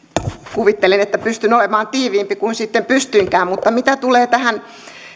kuvittelin että pystyn olemaan tiiviimpi kuin sitten pystyinkään mutta mitä tulee tähän